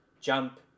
jump